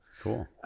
cool